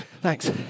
Thanks